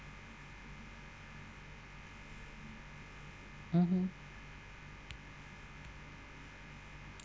mm hmm